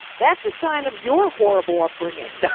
that's a sign of your horrible upbringing.